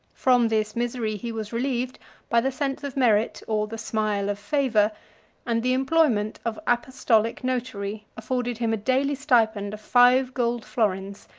from this misery he was relieved by the sense of merit or the smile of favor and the employment of apostolic notary afforded him a daily stipend of five gold florins,